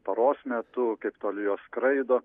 paros metu kaip toli jos skraido